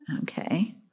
okay